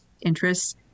interests